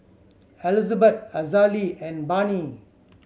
Elizabeth Azalee and Barnie